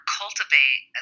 cultivate